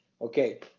Okay